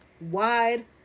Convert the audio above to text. wide